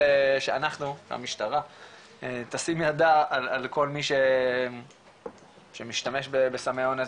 שאנחנו והמשטרה תשים ידה על כל מי משתמש בסמי אונס